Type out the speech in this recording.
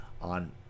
on